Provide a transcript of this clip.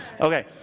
Okay